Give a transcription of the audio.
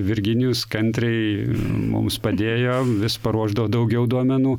virginijus kantriai mums padėjo vis paruošdavo daugiau duomenų